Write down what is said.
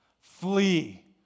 Flee